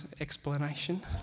explanation